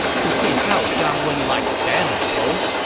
to see how zhang wen liked them apples,